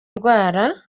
ndwara